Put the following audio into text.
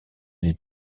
les